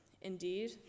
Indeed